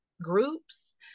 groups